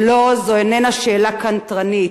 ולא, זו איננה שאלה קנטרנית,